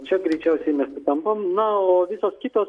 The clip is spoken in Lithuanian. čia greičiausiai mes sutampam na o visos kitos